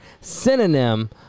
synonym